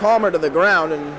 palmer to the ground and